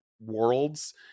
worlds